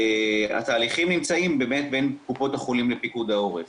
והתהליכים נמצאים באמת בין קופות החולים לפיקוד העורף.